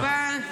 תודה רבה.